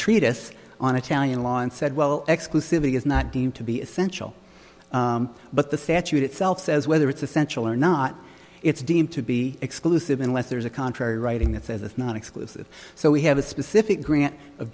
treatise on italian law and said well exclusivity is not deemed to be essential but the statute itself says whether it's essential or not it's deemed to be exclusive unless there's a contrary writing that says it's not exclusive so we have a specific grant